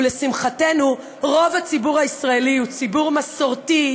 ולשמחתנו רוב הציבור הישראלי הוא ציבור מסורתי,